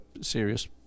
serious